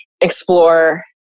explore